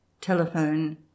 Telephone